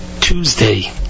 Tuesday